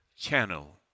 channel